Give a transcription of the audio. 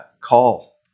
call